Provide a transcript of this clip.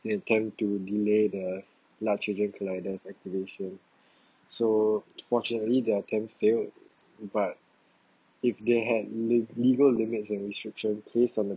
they attempt to delay the large hadron collider's activation so fortunately their attempt failed but if they had le~ legal limits and restrictions based on the